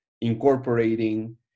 incorporating